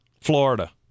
Florida